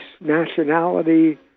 nationality